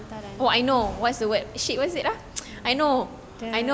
hantaran